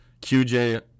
QJ